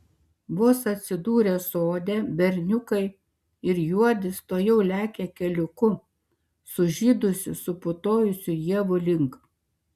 vos atsidūrę sode berniukai ir juodis tuojau lekia keliuku sužydusių suputojusių ievų link